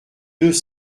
deux